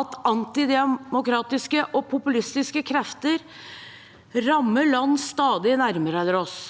at antidemokratiske og populistiske krefter rammer land stadig nærmere oss,